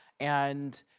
and,